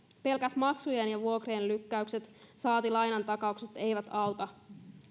pelkät maksujen ja vuokrien lykkäykset saati lainantakaukset eivät auta